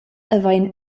havein